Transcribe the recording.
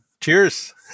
Cheers